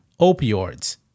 opioids